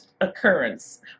occurrence